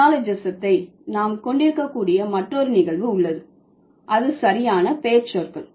நியோலஜிஸத்தை நாம் கொண்டிருக்கக்கூடிய மற்றொரு நிகழ்வு உள்ளது அது சரியான பெயர்ச்சொற்கள்